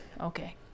Okay